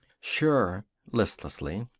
sure listlessly.